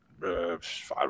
five